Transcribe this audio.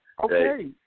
Okay